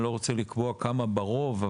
אני לא רוצה לקבוע כמה ברוב,